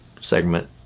segment